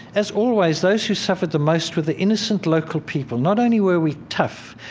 as always, those who suffered the most were the innocent local people. not only were we tough,